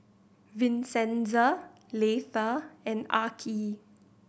Vincenza Leitha and Arkie